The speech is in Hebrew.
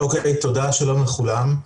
שלום לכולם.